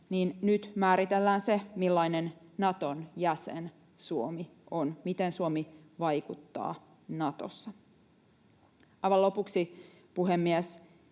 nyt määritellään se, millainen Naton jäsen Suomi on, miten Suomi vaikuttaa Natossa. Aivan lopuksi, puhemies: